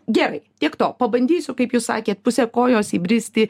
gerai tiek to pabandysiu kaip jūs sakėt pusę kojos įbristi